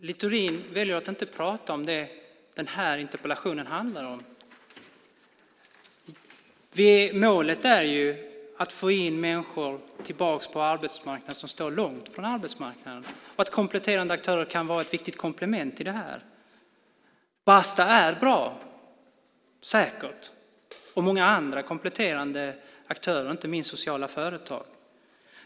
Herr talman! Littorin väljer att inte prata om det som den här interpellationen handlar om. Målet är ju att få människor tillbaka på arbetsmarknaden som står långt från arbetsmarknaden, att kompletterande aktörer kan vara ett viktigt komplement i det här. Basta är säkert bra, och många andra kompletterande aktörer, inte minst sociala företag.